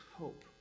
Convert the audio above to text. hope